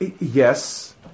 Yes